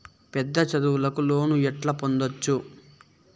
పెద్ద చదువులకు లోను ఎట్లా పొందొచ్చు